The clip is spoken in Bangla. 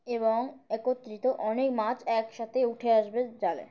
এবং একত্রিত অনেক মাছ একসাথে উঠে আসবে জালে